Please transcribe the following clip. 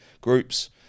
groups